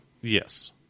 Yes